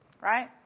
Right